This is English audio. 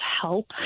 help